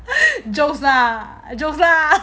jokes lah jokes lah